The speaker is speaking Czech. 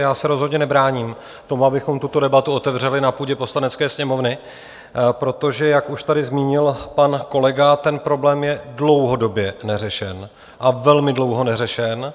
Já se rozhodně nebráním tomu, abychom tuto debatu otevřeli na půdě Poslanecké sněmovny, protože jak už tady zmínil pan kolega, ten problém je dlouhodobě neřešen a velmi dlouho neřešen.